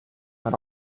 that